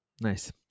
nice